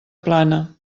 plana